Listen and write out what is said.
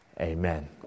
Amen